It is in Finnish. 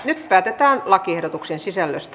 nyt päätetään lakiehdotuksen sisällöstä